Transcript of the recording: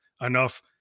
enough